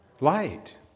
light